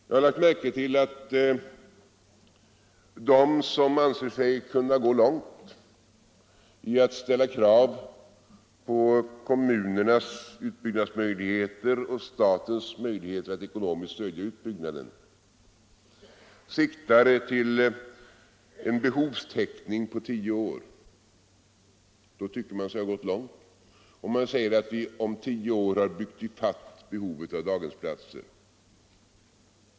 Jag har lagt märke till att de som anser sig kunna gå långt i att ställa krav på kommunernas utbyggnadsmöjligheter och på statens möjligheter att ekonomiskt stödja utbyggnaden siktar till en behovstäckning på tio år. Då tycker man sig ha gått långt.